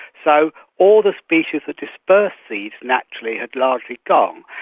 so all the species that disperse seeds naturally had largely gone, um